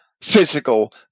physical